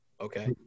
Okay